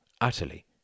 utterly